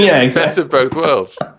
yeah best of both worlds